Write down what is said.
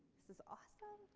this is awesome.